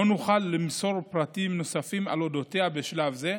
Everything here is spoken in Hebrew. לא נוכל למסור פרטים נוספים על אודותיה בשלב זה.